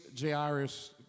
Jairus